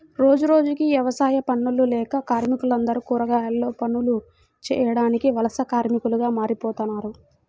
రోజురోజుకీ యవసాయ పనులు లేక కార్మికులందరూ కర్మాగారాల్లో పనులు చేయడానికి వలస కార్మికులుగా మారిపోతన్నారు